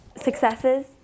successes